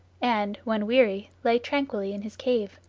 and, when weary, lay tranquilly in his cave.